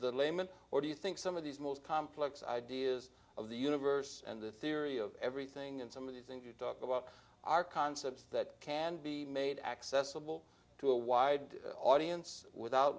the layman or do you think some of these most complex ideas of the universe and the theory of everything and some of the things you talk about are concepts that can be made accessible to a wide audience without